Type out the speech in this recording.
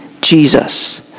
Jesus